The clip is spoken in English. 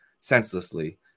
senselessly